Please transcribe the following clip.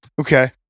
okay